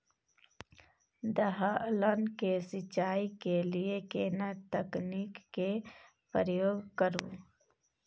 दलहन के सिंचाई के लिए केना तकनीक के प्रयोग करू?